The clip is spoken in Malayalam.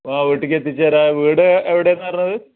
അ വീട്ടിലേക്ക് എത്തിച്ച് തരാം വീട് എവ്ടേന്നാറഞ്ഞത്